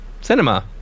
cinema